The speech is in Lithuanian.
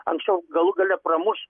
anksčiau galų gale pramuš